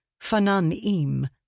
fananim